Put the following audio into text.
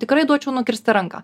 tikrai duočiau nukirsti ranką